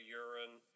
urine